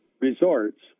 resorts